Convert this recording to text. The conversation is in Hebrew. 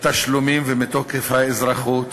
התשלומים ומתוקף האזרחות,